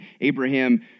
Abraham